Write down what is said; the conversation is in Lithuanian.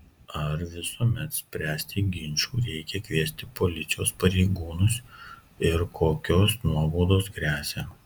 ar visuomet spręsti ginčų reikia kviesti policijos pareigūnus ir kokios nuobaudos gresia